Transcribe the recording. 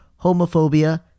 homophobia